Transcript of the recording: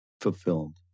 fulfilled